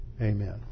Amen